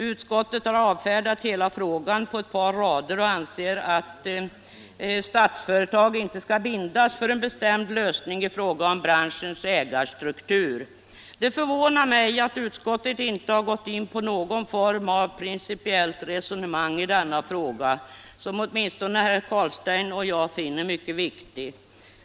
Utskottet har avfärdat hela frågan på ett par rader och anser att Statsföretag inte skall bindas för en bestämd lösning i fråga om branschens ägarstruktur. Det förvånar mig att utskottet inte går in på någon form av principiellt resonemang i denna fråga, som åtminstone herr Carlstein och jag finner mycket viktig.